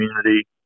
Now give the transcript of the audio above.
community